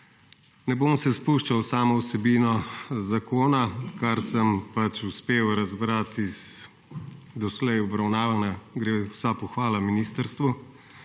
Ne bom se spuščal v samo vsebino zakona. Kar sem pač uspel razbrati iz doslej obravnave gre vsa pohvala ministrstvu